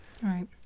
right